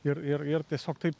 ir ir ir tiesiog taip